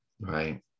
Right